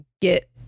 get